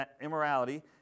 immorality